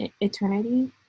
eternity